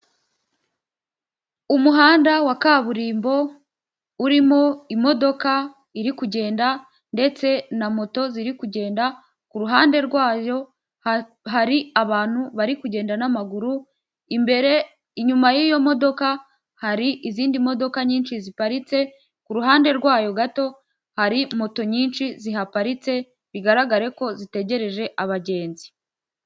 Umuhanda wa kaburimbo urimo imodoka iri kugenda ndetse na moto ziri kugenda, kuruhande rwayo hari abantu bari kugenda n'amaguru, imbere, inyuma y'iyo modoka hari izindi modoka nyinshi, ziparitse ku ruhande rwayo gato hari moto nyinshi zihaparitse bigaragare ko zitegereje abagenzi.